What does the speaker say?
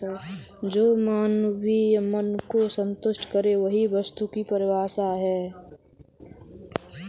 जो मानवीय मन को सन्तुष्ट करे वही वस्तु की परिभाषा है